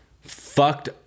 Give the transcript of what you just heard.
fucked